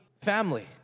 family